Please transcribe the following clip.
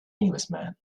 englishman